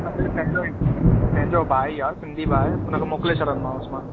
पंहिंजो ई पंहिंजो भाउ ई आहे सिंधी भाउ आहे हुनखे मोकिले छॾंदोमांसि मां